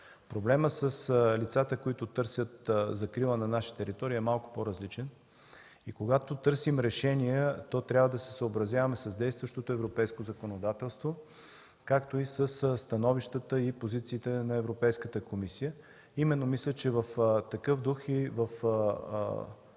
Проблемът с лицата, които търсят закрила на наша територия, е малко по-различен и когато търсим решение, то трябва да се съобразяваме с действащото европейско законодателство, както и със становищата и позициите на Европейската комисия. Мисля, че именно в такъв дух и